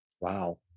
Wow